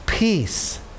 Peace